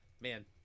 man